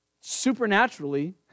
supernaturally